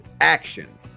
ACTION